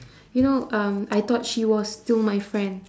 you know um I thought she was still my friend